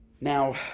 Now